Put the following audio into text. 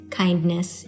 kindness